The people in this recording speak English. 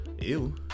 Ew